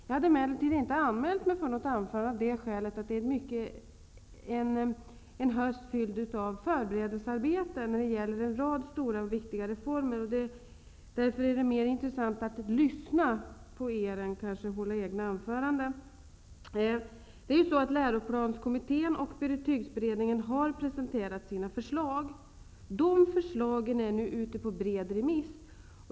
Jag hade emellertid inte anmält mig för något anförande, av det skälet att det är en höst fylld av förberedelsearbete för en rad stora och viktiga reformer. Därför är det kanske mer intressant att lyssna på er än att hålla egna anföranden. Läroplanskommitte n och betygsberedningen har presenterat sina förslag, och de förslagen är nu ute på bred remiss.